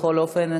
בכל אופן,